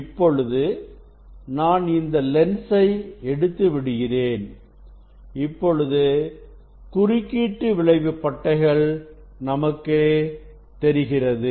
இப்பொழுது நான் இந்த லென்ஸை எடுத்து விடுகிறேன் இப்பொழுது குறுக்கீட்டு விளைவு பட்டைகள் நமக்கு தெரிகிறது